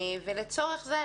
לצורך זה,